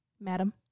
Madam